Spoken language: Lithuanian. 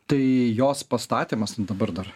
tai jos pastatymas dabar dar